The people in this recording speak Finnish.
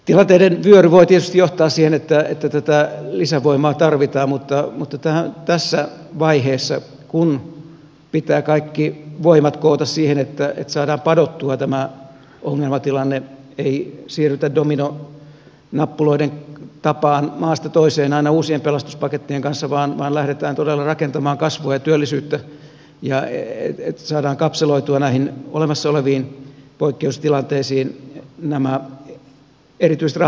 tilanteiden vyöry voi tietysti johtaa siihen että tätä lisävoimaa tarvitaan mutta tässä vaiheessa pitää kaikki voimat koota siihen että saadaan padottua tämä ongelmatilanne ettei siirrytä dominonappuloiden tapaan maasta toiseen aina uusien pelastuspakettien kanssa vaan lähdetään todella rakentamaan kasvua ja työllisyyttä että saadaan kapseloitua näihin olemassa oleviin poikkeustilanteisiin nämä erityiset rahoitusratkaisut